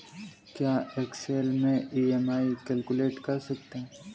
क्या एक्सेल में EMI calculate कर सकते हैं?